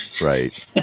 Right